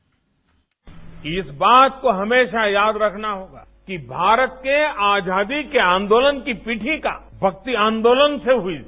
bite इस बात को हमेशा याद रखना होगा कि भारत के आजादी के आंदोलन की पीठिका भक्ति आंदोलन से हुई है